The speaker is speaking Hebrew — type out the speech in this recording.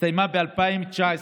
הסתיימה ב-2019.